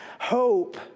Hope